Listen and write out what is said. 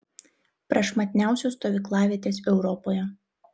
prašmatniausios stovyklavietės europoje